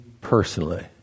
personally